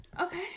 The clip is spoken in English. Okay